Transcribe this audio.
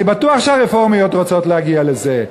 אני בטוח שהרפורמיות רוצות להגיע לזה.